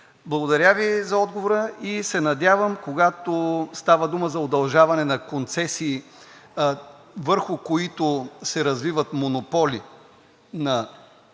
Благодаря Ви за отговора и се надявам, когато става дума за удължаване на концесии, върху които се развиват монополи на летищата